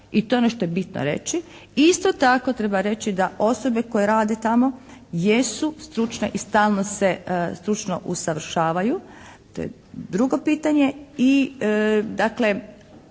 ono što je bitno reći. Isto tako treba reći da osobe koje rade tamo jesu stručne i stalno se stručno usavršavaju. Drugo pitanje i ono